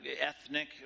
ethnic